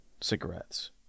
cigarettes